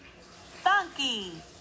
Funky